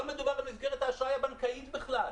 לא מדובר במסגרת האשראי הבנקאית בכלל.